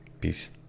peace